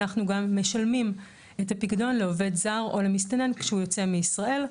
אנחנו גם משלמים את הפיקדון לעובד זר או למסתנן כשהוא יוצא מישראל.